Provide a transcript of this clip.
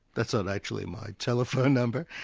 that's not actually my telephone number,